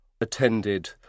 attended